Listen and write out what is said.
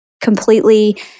completely